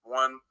one